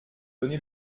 donné